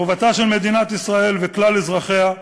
החובה של מדינת ישראל וכלל אזרחיה,